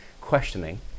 questioning